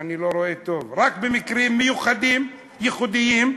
אני לא רואה טוב, רק במקרים מיוחדים, ייחודיים,